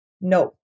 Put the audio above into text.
No